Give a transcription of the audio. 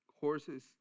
horses